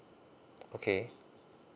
okay